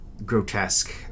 Grotesque